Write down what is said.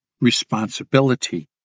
responsibility